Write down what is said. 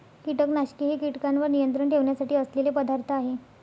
कीटकनाशके हे कीटकांवर नियंत्रण ठेवण्यासाठी असलेले पदार्थ आहेत